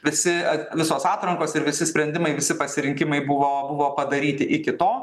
visi visos atrankos ir visi sprendimai visi pasirinkimai buvo buvo padaryti iki to